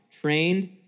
trained